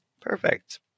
Perfect